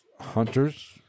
Hunters